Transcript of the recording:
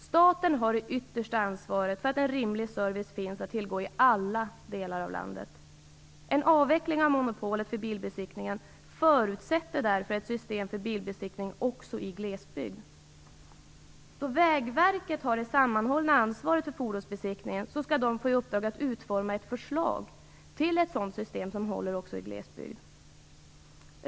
Staten har det yttersta ansvaret för att en rimlig service finns att tillgå i alla delar av landet. En avveckling av monopolet för bilbesiktningen förutsätter därför ett system för bilbesiktning också i glesbygd. Då Vägverket har det sammanhållna ansvaret för fordonsbesiktningen skall det få i uppdrag att urforma ett förslag till ett system som håller också i glesbygd.